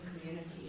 community